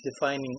defining